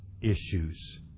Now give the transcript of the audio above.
issues